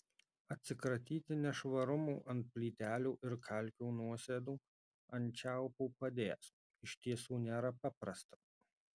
atsikratyti nešvarumų ant plytelių ir kalkių nuosėdų ant čiaupų padės iš tiesų nėra paprasta